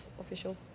official